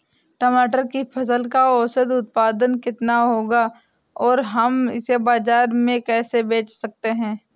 टमाटर की फसल का औसत उत्पादन कितना होगा और हम इसे बाजार में कैसे बेच सकते हैं?